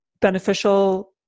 beneficial